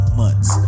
months